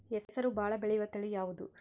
ಹೆಸರು ಭಾಳ ಬೆಳೆಯುವತಳಿ ಯಾವದು?